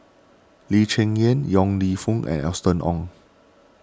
Lee Cheng Yan Yong Lew Foong and Austen Ong